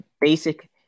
basic